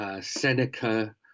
Seneca